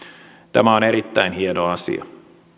tämä on erittäin hieno asia